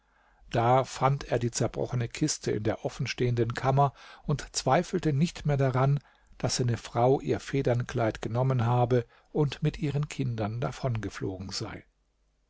da fand er die zerbrochene kiste in der offenstehenden kammer und zweifelte nicht mehr daran daß seine frau ihr federnkleid genommen habe und mit ihren kindern davongeflogen sei